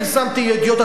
פרסמתי ידיעות,